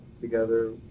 together